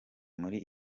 muri